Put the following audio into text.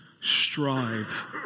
strive